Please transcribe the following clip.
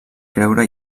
creure